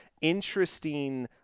interesting